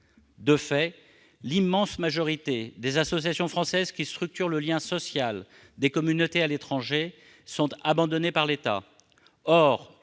De fait, l'immense majorité des associations françaises qui structurent le lien social des communautés à l'étranger sont abandonnées par l'État.